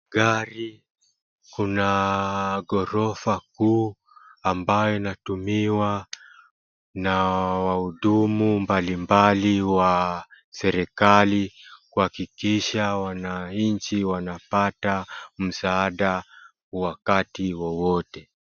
Gari ,kuna gorofa kuu ambayo inatumiwa na wahudumu mbali mbali wa serikali kuhakikisha wananchi wana pata msaada wakati wowote.